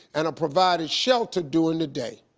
and a provided shelter during the day.